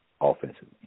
offensively